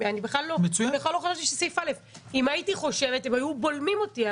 בכלל לא חשבתי שסעיף א' אם הייתי חושבת הם היו בולמים אותי.